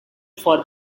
for